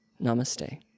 Namaste